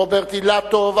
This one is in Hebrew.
רוברט אילטוב,